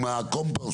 עם הקומפוסט?